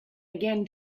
again